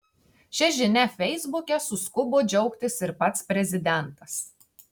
šia žinia feisbuke suskubo džiaugtis ir pats prezidentas